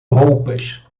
roupas